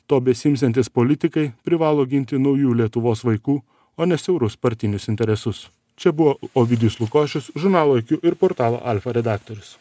to besiimsiantis politikai privalo ginti naujų lietuvos vaikų o ne siaurus partinius interesus čia buvo ovidijus lukošius žurnalo iq ir portalo alfa redaktorius